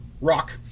rock